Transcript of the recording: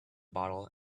bottle